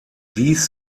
dies